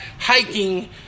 hiking